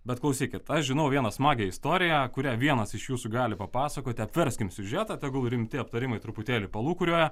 bet klausykit aš žinau vieną smagią istoriją kurią vienas iš jūsų gali papasakoti apverskim siužetą tegul rimti aptarimai truputėlį palūkuriuoja